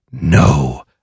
No